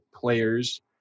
players